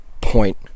point